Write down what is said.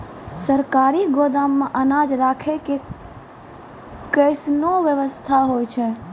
सरकारी गोदाम मे अनाज राखै के कैसनौ वयवस्था होय छै?